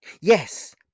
Yes